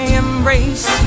embrace